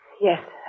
Yes